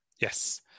yes